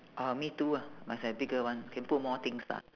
orh me too ah must have bigger one can put more things ah